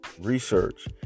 Research